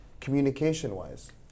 communication-wise